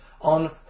on